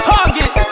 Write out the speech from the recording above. Target